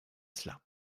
cela